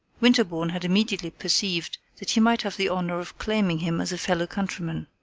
winterbourne had immediately perceived that he might have the honor of claiming him as a fellow countryman.